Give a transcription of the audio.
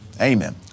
Amen